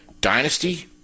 dynasty